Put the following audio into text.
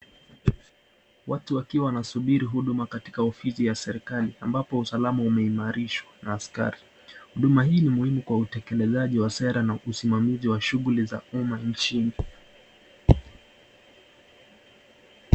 Watu wakiwa wanasubiri huduma katika ofisi ya serikali ambapo usalama umeimarishwa na askari. Huduma hii ni muhimu kwa utekelezaji wa sera na usimamizi wa shughuli za umma nchini.